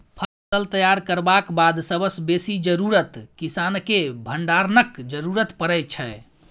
फसल तैयार करबाक बाद सबसँ बेसी जरुरत किसानकेँ भंडारणक जरुरत परै छै